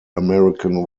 american